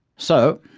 so,